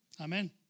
Amen